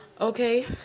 Okay